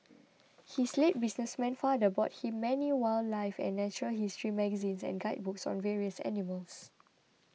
his late businessman father bought him many wildlife and natural history magazines and guidebooks on various animals